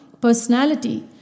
personality